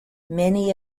many